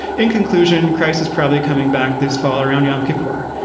in conclusion, christ is probably coming back this fall around yom kippur.